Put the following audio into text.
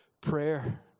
prayer